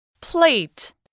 Plate